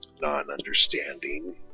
non-understanding